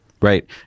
Right